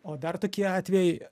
o dar tokį atvejį